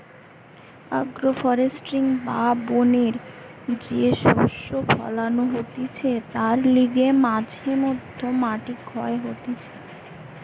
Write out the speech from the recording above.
agro forestry বা বনে যে শস্য ফোলানো হতিছে তার লিগে মাঝে মধ্যে মাটি ক্ষয় হতিছে